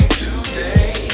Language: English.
today